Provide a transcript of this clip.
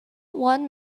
one